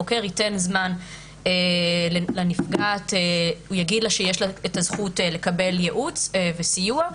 הוא יגיד לנפגעת שיש לה זכות לקבל ייעוץ וסיוע,